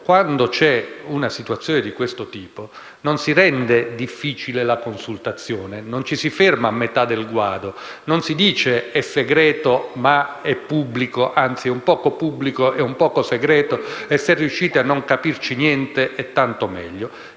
quando c'è una situazione di questo tipo, non si rende difficile la consultazione, non ci si ferma a metà del guado, non si dice «è segreto ma è pubblico, anzi è un poco pubblico e un poco segreto e se riuscite a non capirci niente è tanto meglio».